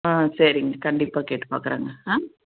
ஆ சரிங்க கண்டிப்பாக கேட்டு பார்க்கறேங்க ஆ